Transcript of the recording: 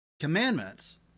commandments